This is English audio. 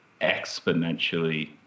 exponentially